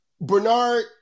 Bernard